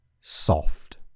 soft